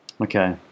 Okay